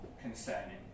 concerning